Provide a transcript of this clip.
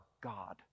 God